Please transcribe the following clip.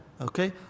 Okay